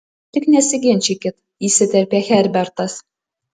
tik nesiginčykit įsiterpė herbertas